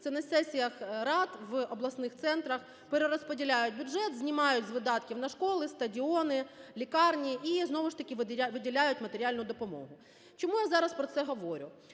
Це на сесіях рад в обласних центрах перерозподіляють бюджет, знімають з видатків на школи, стадіони, лікарні і знову ж таки виділяють матеріальну допомогу. Чому я зараз про це говорю?